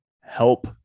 help